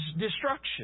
destruction